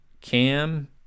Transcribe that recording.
cam